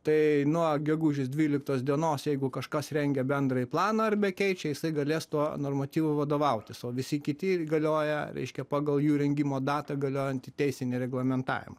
tai nuo gegužės dvyliktos dienos jeigu kažkas rengia bendrąjį planą arba keičia jisai galės to normatyvu vadovautis o visi kiti galioja reiškia pagal jų rengimo datą galiojantį teisinį reglamentavimą